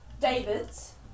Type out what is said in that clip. David's